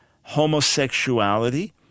homosexuality